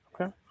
Okay